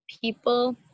people